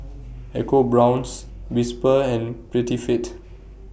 EcoBrown's Whisper and Prettyfit